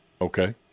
Okay